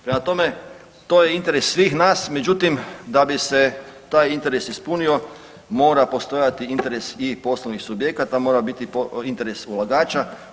Prema tome, to je interes svih nas, međutim da bi se taj interes ispunio mora postojati interes i poslovnih subjekata, mora biti interes ulagača.